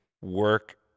Work